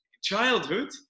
childhood